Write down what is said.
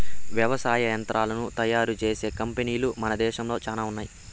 వ్యవసాయ యంత్రాలను తయారు చేసే కంపెనీలు మన దేశంలో చానా ఉన్నాయి